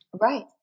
Right